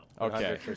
Okay